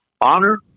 honor